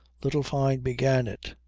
little fyne began it.